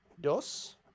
dos